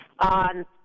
on